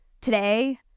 today